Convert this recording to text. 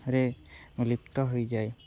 ରେ ଲୁପ୍ତ ହୋଇଯାଏ